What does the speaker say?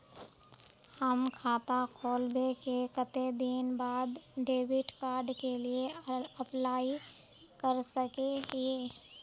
हम खाता खोलबे के कते दिन बाद डेबिड कार्ड के लिए अप्लाई कर सके हिये?